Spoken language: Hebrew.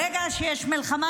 ברגע שיש מלחמה,